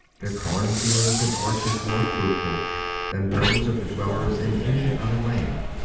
their cornfields and orchards more fruitful than those of the dwellers in any other land.